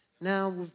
Now